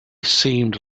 seemed